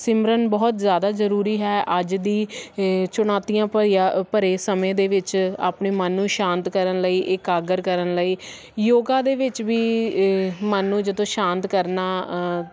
ਸਿਮਰਨ ਬਹੁਤ ਜ਼ਿਆਦਾ ਜ਼ਰੂਰੀ ਹੈ ਅੱਜ ਦੀ ਇਹ ਚੁਣੌਤੀਆਂ ਭਰੀਆ ਭਰੇ ਸਮੇਂ ਦੇ ਵਿੱਚ ਆਪਣੇ ਮਨ ਨੂੰ ਸ਼ਾਂਤ ਕਰਨ ਲਈ ਇਕਾਗਰ ਕਰਨ ਲਈ ਯੋਗਾ ਦੇ ਵਿੱਚ ਵੀ ਮਨ ਨੂੰ ਜਦੋਂ ਸ਼ਾਂਤ ਕਰਨਾ